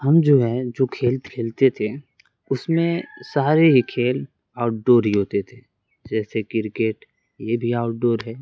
ہم جو ہے جو کھیل کھیلتے تھے اس میں سارے ہی کھیل آؤٹ ڈور ہی ہوتے تھے جیسے کرکٹ یہ بھی آؤٹ ڈور ہے